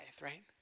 Right